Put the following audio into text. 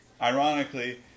ironically